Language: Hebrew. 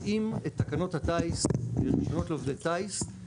באופן עקרוני השאיפה שלנו היא לקרב את התקנות המקומיות שלנו כמה שאפשר,